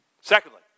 Secondly